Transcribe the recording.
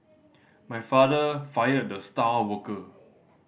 my father fired the star worker